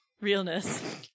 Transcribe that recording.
realness